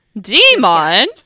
Demon